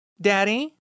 Daddy